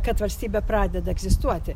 kad valstybė pradeda egzistuoti